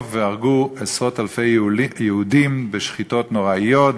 והרגו עשרות-אלפי יהודים בשחיטות נוראות,